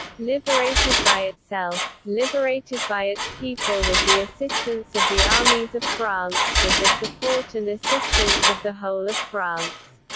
liberated by itself, liberated by its people with the assistance of the armies of france, with the support and assistance of the whole of france.